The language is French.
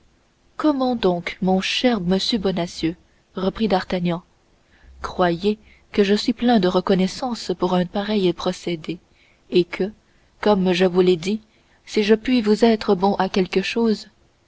comment donc mon cher monsieur bonacieux reprit d'artagnan croyez que je suis plein de reconnaissance pour un pareil procédé et que comme je vous l'ai dit si je puis vous être bon à quelque chose